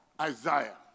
Isaiah